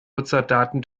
nutzerdaten